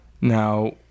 Now